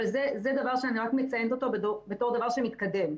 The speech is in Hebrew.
זה דבר שאני רק מציינת בתור דבר שמתקדם.